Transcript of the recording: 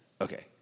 Okay